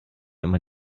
immer